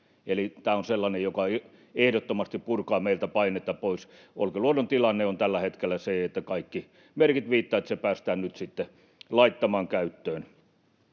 tämä on sellainen, joka ehdottomasti purkaa meiltä painetta pois. Olkiluodon tilanne on tällä hetkellä se, että kaikki merkit viittaavat siihen, että se päästään nyt sitten laittamaan käyttöön.